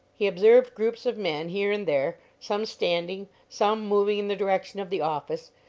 he observed groups of men here and there, some standing, some moving in the direction of the office,